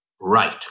right